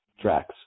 tracks